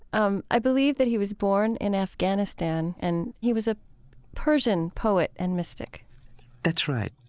um i believe that he was born in afghanistan, and he was a persian poet and mystic that's right.